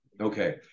Okay